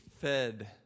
fed